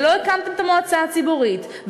ולא הקמתם את המועצה הציבורית,